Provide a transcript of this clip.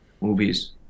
movies